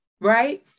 right